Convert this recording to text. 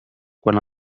quant